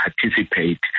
participate